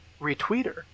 retweeter